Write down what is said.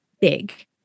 big